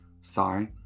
Sorry